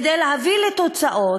כדי להביא לתוצאות.